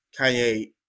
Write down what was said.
Kanye